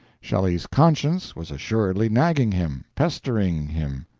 shelley's conscience was assuredly nagging him, pestering him,